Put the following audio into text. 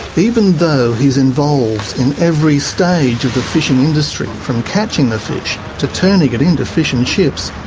even though he's involved in every stage of the fishing industry, from catching the fish to turning it into fish and chips,